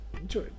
Enjoy